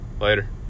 Later